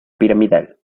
piramidal